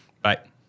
Bye